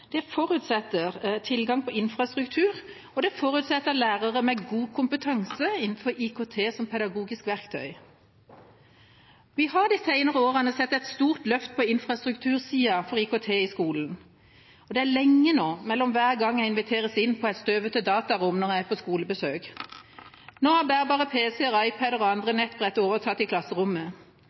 forutsetter tilgang på infrastruktur og lærere med god kompetanse innenfor IKT som pedagogisk verktøy. Vi har de senere årene sett et stort løft på infrastruktursiden for IKT i skolen. Det er lenge mellom hver gang jeg inviteres inn på et støvete datarom når jeg er på skolebesøk. Nå har bærbare pc-er, iPad-er og andre nettbrett overtatt i klasserommet.